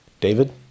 David